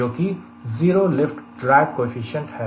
जो कि 0 lift drag coefficient है